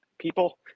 people